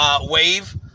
wave